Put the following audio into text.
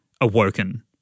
awoken